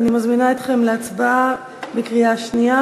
אני מזמינה אתכם להצבעה בקריאה שנייה